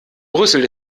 brüssel